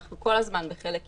אנחנו כל הזמן בחלק י',